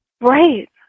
Right